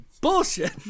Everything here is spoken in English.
bullshit